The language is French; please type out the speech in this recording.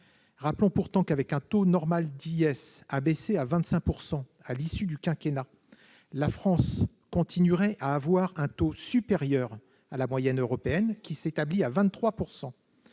Rappelons pourtant qu'avec un taux normal d'IS abaissé à 25 % à l'issue du quinquennat, la France continuerait à avoir un taux supérieur à la moyenne européenne, qui s'établit à 23 %.